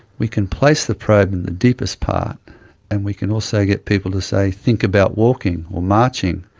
we can place the probe in the deepest part and we can also get people to, say, think about walking or marching,